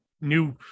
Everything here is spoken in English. new